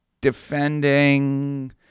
defending